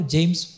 James